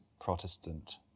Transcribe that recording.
Protestant